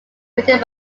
written